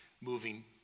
moving